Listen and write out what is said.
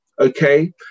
Okay